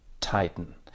Titan